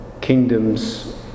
kingdoms